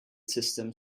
system